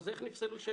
אז איך נפסלו שאלות?